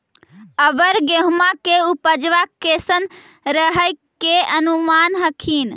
अबर गेहुमा के उपजबा कैसन रहे के अनुमान हखिन?